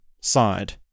side